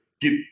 get